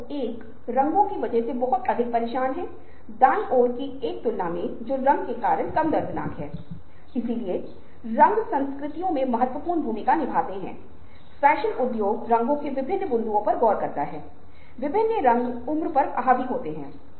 और यह वह चरण है जहां लोग पढ़ने के लिए जा सकते हैं साहित्य लिख सकते हैं खेल में संलग्न हो सकते हैं मेरी बना सकते हैं या सो सकते हैं